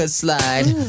slide